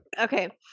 Okay